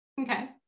Okay